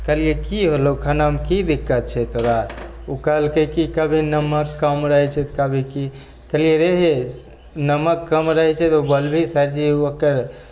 कहलिए कि होलौ खानामे कि दिक्कत छौ तोरा ओ कहलकै कि कभी नमक कम रहै छै तऽ कभी कि कहलिए रे हे नमक कम रहै छै तऽ बोलबही सरजीके